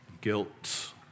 guilt